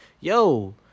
yo